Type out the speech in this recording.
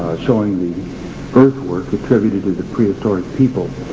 showing the earthwork attributed to the prehistoric people.